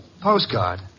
Postcard